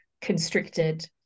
constricted